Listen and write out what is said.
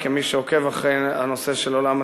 כמי שעוקב אחרי הנושא של עולם התיירות,